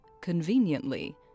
Conveniently